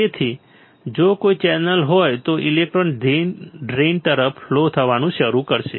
તેથી જો કોઈ ચેનલ હોય તો ઇલેક્ટ્રોન ડ્રેઇન તરફ ફ્લો થવાનું શરૂ કરશે